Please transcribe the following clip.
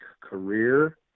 career